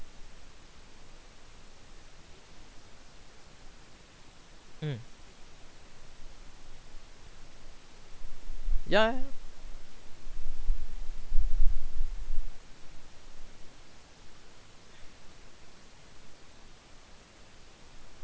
mm yeah uh